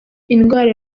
indwara